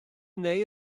neu